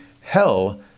hell